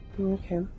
Okay